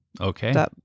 Okay